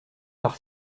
par